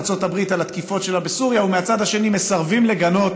את ארצות הברית על התקיפות שלה בסוריה ומהצד השני מסרבים לגנות